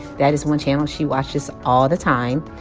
that is one channel she watches all the time.